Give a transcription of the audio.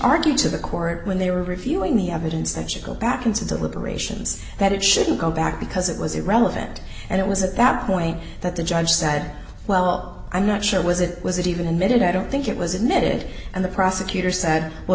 argued to the court when they were reviewing the evidence that should go back into deliberations that it shouldn't go back because it was irrelevant and it was at that point that the judge said well i'm not sure was it was it even admitted i don't think it was admitted and the prosecutor said well